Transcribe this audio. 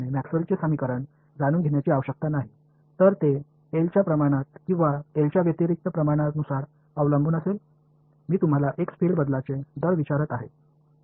மேக்ஸ்வெல்லின் Maxwell's சமன்பாடுகளை உள்ளுணர்வாக நீங்கள் அறியத் தேவையில்லை என்பது உங்களுக்குத் தெரியாவிட்டால் அது L க்கு விகிதாசாரமாக இருக்க வேண்டுமா அல்லது L க்கு நேர்மாறான விகிதாசாரமாக இருக்க வேண்டுமா